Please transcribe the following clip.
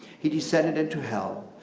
he descended into hell.